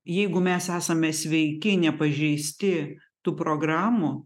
jeigu mes esame sveiki nepažeisti tų programų